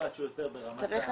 משפט שהוא יותר ברמת ה